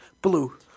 Blue